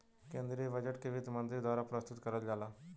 केन्द्रीय बजट के वित्त मन्त्री द्वारा प्रस्तुत करल जाला